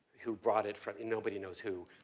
who brought it from and nobody knows who,